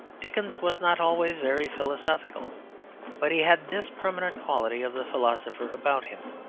dickens was not always very philosophical but he had this permanent quality of the philosopher about him,